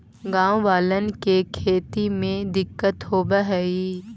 गाँव वालन के खेती में दिक्कत होवऽ हई